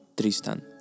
Tristan